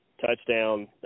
touchdown